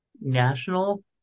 National